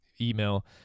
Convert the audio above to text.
email